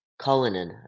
Cullinan